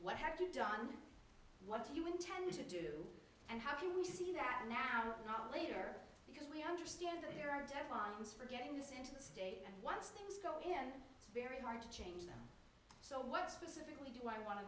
what have you done what do you intend to do and how can we see that now not later because we understand that there are deadlines for getting this into the state and once things go and it's very hard to change so what specifically do i want to